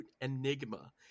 Enigma